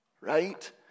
right